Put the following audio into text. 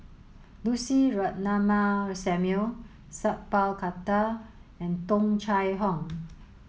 Lucy Ratnammah Samuel Sat Pal Khattar and Tung Chye Hong